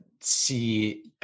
see